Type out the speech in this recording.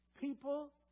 people